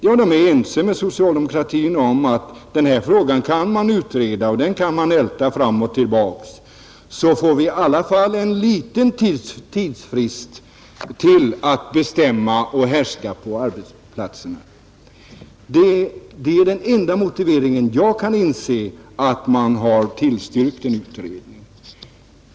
Jo, de är ense med socialdemokratin om att den här frågan kan utredas, den kan ältas fram och tillbaka, så får man i alla fall en liten tidsfrist till att bestämma och härska på arbetsplatserna, Det är den enda motiveringen jag kan inse till att man har tillstyrkt en utredning.